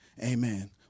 Amen